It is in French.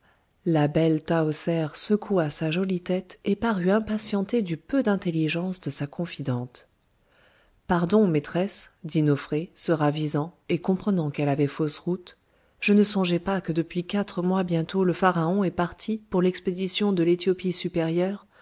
la belle tahoser secoua sa jolie tête et parut impatientée du peu d'intelligence de sa confidente pardon maîtresse dit nofré se ravisant et comprenant qu'elle avait fait fausse route je ne songeais pas que depuis quatre mois bientôt le pharaon est parti pour l'expédition de l'éthiopie supérieure